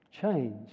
change